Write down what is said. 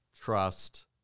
trust